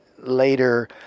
later